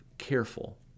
careful